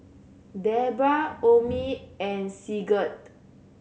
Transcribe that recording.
Debra Omie and Sigurd